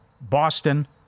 Boston